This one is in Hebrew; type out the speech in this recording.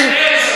תפסיקו להצית אש.